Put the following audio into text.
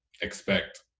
expect